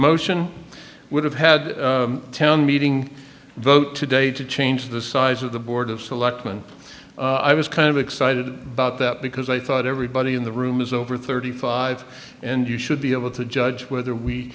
motion would have had town meeting vote today to change the size of the board of selectmen i was kind of excited about that because i thought everybody in the room is over thirty five and you should be able to judge whether we